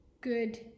good